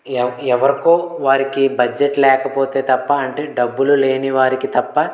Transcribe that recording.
ఎవ్ ఎవరికో వారికి బడ్జెట్ లేకపోతే తప్ప అంటే డబ్బులు లేని వారికి తప్ప